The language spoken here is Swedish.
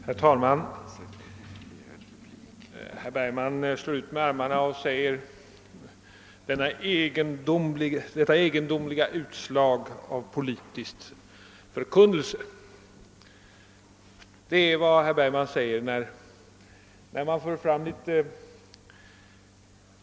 Herr talman! När man för fram litet skarpare och mera kritiska argument än vanligt slår herr Bergman ut med armarna och säger: Detta egendomliga utslag av politisk förkunnelse!